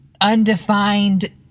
undefined